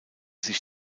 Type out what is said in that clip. sich